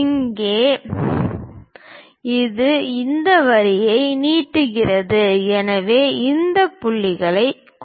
இப்போது இது இந்த வரிகளை நீட்டிக்கிறது எனவே இந்த புள்ளிகளைக் குறிக்கவும்